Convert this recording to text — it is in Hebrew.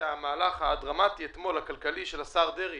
המהלך הכלכלי הדרמטי אתמול של השר דרעי